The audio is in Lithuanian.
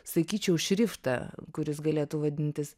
sakyčiau šriftą kuris galėtų vadintis